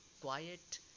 quiet